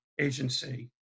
agency